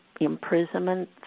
imprisonment